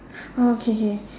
oh K K